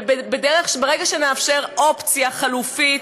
וברגע שנאפשר אופציה חלופית,